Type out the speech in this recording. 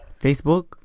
Facebook